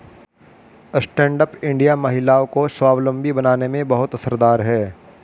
stand up India महिलाओं को स्वावलम्बी बनाने में बहुत असरदार है